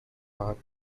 path